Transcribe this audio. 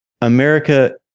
America